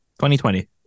2020